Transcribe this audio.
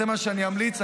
זה מה שאני אמליץ.